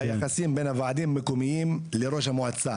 היחסים בין הוועדים המקומיים לראש המועצה,